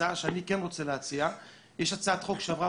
אני רוצה להציע: יש הצעת חוק שלי שעברה